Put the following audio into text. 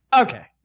okay